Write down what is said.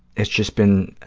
it's just been,